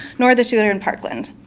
nor the shooter in parkland.